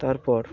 তারপর